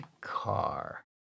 car